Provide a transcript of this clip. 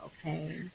okay